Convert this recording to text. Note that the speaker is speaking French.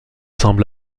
semble